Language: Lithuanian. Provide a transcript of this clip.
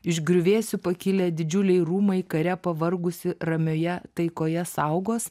iš griuvėsių pakilę didžiuliai rūmai kare pavargusį ramioje taikoje saugos